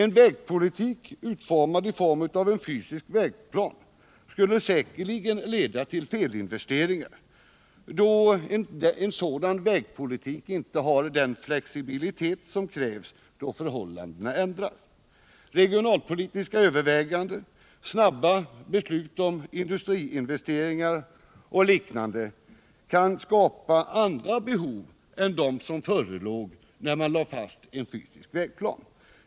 En vägpolitik utformad som fysisk vägplan skulle säkerligen leda till felinvesteringar, då en sådan vägpolitik inte har den flexibilitet som krävs när förhållandena ändras. Regionalpolitiska överväganden, snabba beslut om industriinvesteringar och liknande kan skapa andra behov än dem som förelåg då man fastslog en fysisk vägplan.